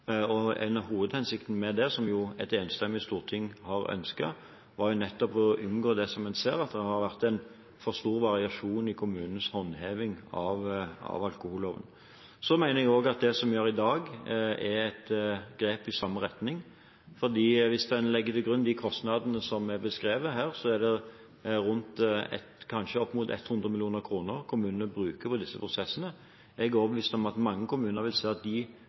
En hovedhensikt med det, som et enstemmig Storting har ønsket, var nettopp å unngå det som en ser, nemlig at det har vært en for stor variasjon i kommunenes håndheving av alkoholloven. Jeg mener også at det vi gjør i dag, er et grep i samme retning, for hvis en legger til grunn de kostnadene som er beskrevet her, er det kanskje opp mot 100 mill. kr som kommunene bruker på disse prosessene. Jeg er overbevist om at mange kommuner vil si at